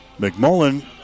McMullen